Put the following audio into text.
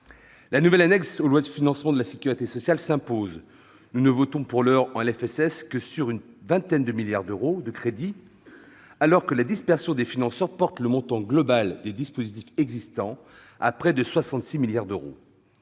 La nouvelle annexe aux lois de financement de la sécurité sociale s'impose : nous ne votons pour l'heure en loi de financement de la sécurité sociale que sur une vingtaine de milliards d'euros de crédits, alors que la dispersion des financeurs porte le montant global des dispositifs existants à près de 66 milliards d'euros.